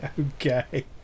Okay